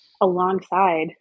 alongside